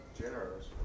generous